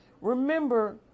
Remember